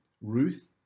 Ruth